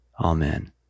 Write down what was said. Amen